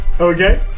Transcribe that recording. Okay